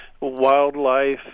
wildlife